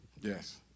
Yes